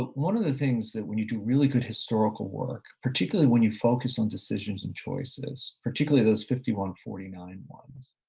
but one of the things that when you do really good historical work, particularly when you focus on decisions and choices, particularly those fifty one forty nine ones,